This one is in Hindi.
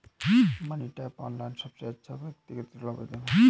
मनी टैप, ऑनलाइन सबसे अच्छा व्यक्तिगत ऋण आवेदन है